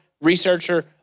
researcher